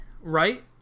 right